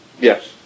Yes